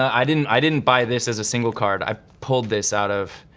i didn't i didn't buy this as a single card. i pulled this out of,